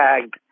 tagged